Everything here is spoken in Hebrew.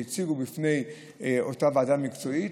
והציגו אותם בפני אותה ועדה מקצועית,